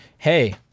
hey